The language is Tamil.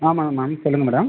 ஆமாங்க மேம் சொல்லுங்கள் மேடம்